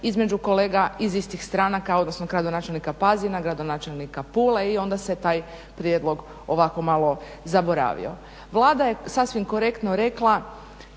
između kolega iz istih stranaka odnosno gradonačelnika Pazina, gradonačelnika Pule i onda se taj prijedlog ovako malo zaboravio. Vlada je sasvim korektno rekla